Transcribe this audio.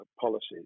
policies